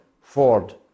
Ford